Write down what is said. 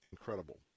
incredible